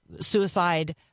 suicide